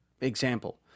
example